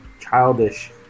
childish